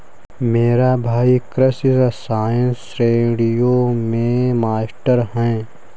मेरा भाई कृषि रसायन श्रेणियों में मास्टर है